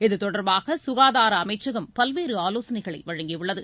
இது தொடர்பாக சுகாதார அமைச்சகம் பல்வேறு ஆலோசனைகளை வழங்கியுள்ளது